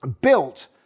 built